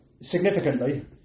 Significantly